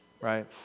right